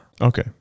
Okay